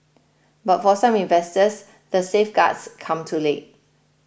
but for some investors the safeguards come too late